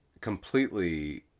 completely